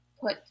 put